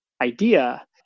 idea